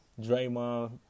Draymond